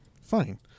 Fine